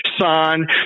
son